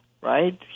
right